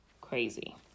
crazy